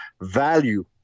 value